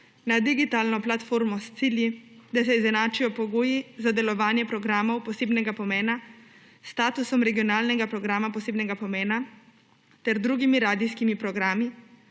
na digitalno platformo s cilji, da se izenačijo pogoji za delovanje programov posebnega pomena s statusom regionalnega programa posebnega pomena ter drugimi radijskimi programi